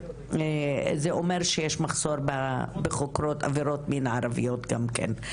זה אומר שיש מחסור בחוקרות עבירות מין ערביות גם כן.